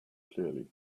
clearly